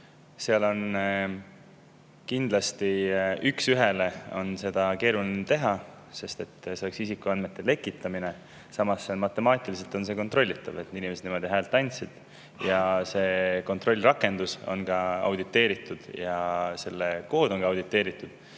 Seda on üks ühele kindlasti keeruline teha, sest see oleks isikuandmete lekitamine. Samas, matemaatiliselt on see kontrollitav, et inimesed niimoodi hääle andsid. See kontrollrakendus on ka auditeeritud ja selle kood on auditeeritud